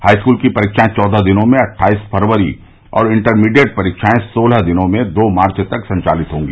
high school की परीक्षाएं चौदह दिनों में अट्ठाईस फरवरी और इंटरमीडिएट परीक्षाएं सोलह दिनों में दो मार्च तक संचालित होंगी